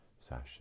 session